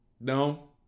No